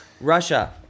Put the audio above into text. Russia